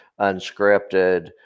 unscripted